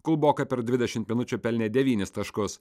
kulboka per dvidešimt minučių pelnė devynis taškus